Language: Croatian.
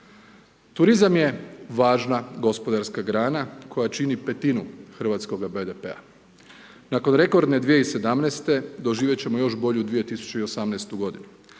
Turizam je važna gospodarska grana koja čini petinu hrvatskoga BDP-a. nakon rekordne 2017. doživjet ćemo još bolju 2018. godinu.